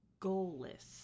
goalless